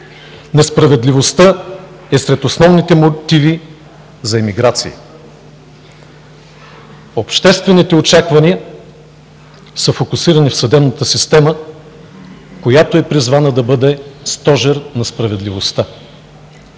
Несправедливостта е сред основните мотиви за емиграция. Обществените очаквания са фокусирани в съдебната система, която е призвана да бъде стожер на справедливостта.